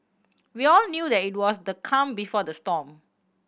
we all knew that it was the calm before the storm